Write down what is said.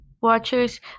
watchers